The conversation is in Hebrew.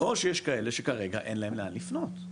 או שיש כאלה שכרגע אין להם לאן לפנות.